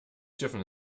dürfen